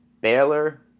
Baylor